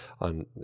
on